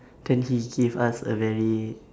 then he gave us a very